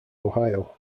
ohio